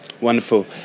Wonderful